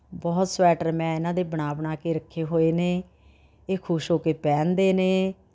ਬਹੁਤ ਸਵੈਟਰ ਮੈਂ ਇਹਨਾਂ ਦੇ ਬਣਾ ਬਣਾ ਕੇ ਰੱਖੇ ਹੋਏ ਨੇ ਇਹ ਖੁਸ਼ ਹੋ ਕੇ ਪਹਿਨਦੇ ਨੇ